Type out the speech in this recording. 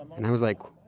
and i was like,